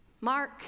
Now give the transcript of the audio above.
Mark